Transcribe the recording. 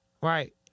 right